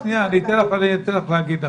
שנייה, אתן לך להגיד אחרי.